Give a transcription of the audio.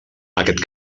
aquest